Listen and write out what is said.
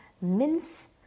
mince